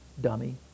dummy